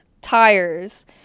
tires